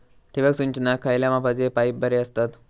ठिबक सिंचनाक खयल्या मापाचे पाईप बरे असतत?